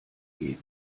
gehen